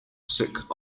sick